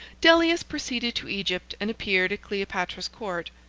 dellius proceeded to egypt and appeared at cleopatra's court.